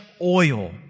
oil